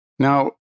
Now